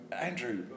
Andrew